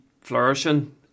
flourishing